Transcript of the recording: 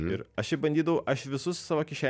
ir aš jį bandydavau aš visus savo kiše